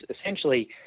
essentially